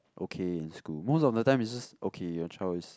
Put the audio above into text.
okay in school most of the time it's just okay your child is